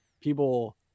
people